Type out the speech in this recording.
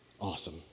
Awesome